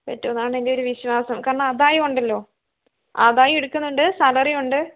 പറ്റുമെന്നാണ് എന്റെ ഒരു വിശ്വാസം കാരണം ആദായമുണ്ടല്ലോ ആദായം എടുക്കുന്നുമുണ്ട് സാലറിയുമുണ്ട്